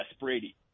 Brady